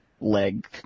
Leg